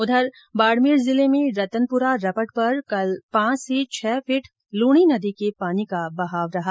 उधर बाडमेर ँजिले में रतनपुरा रपट पर कल पांच से छह फीट लूणी नदी के पानी का बहाव रहा